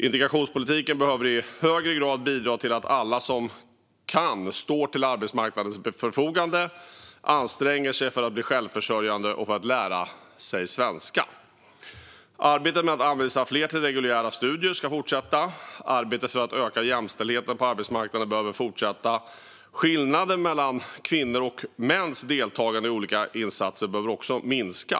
Integrationspolitiken behöver i högre grad bidra till att alla som kan står till arbetsmarknadens förfogande och anstränger sig för att bli självförsörjande och lära sig svenska. Arbetet med att anvisa fler till reguljära studier ska fortsätta. Arbetet för att öka jämställdheten på arbetsmarknaden behöver fortsätta. Skillnaden mellan kvinnors och mäns deltagande i olika insatser behöver minska.